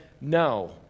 no